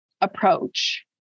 approach